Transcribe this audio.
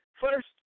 First